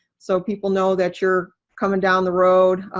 so people know that you're coming down the road.